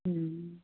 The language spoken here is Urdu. جی